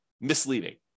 misleading